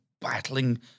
battling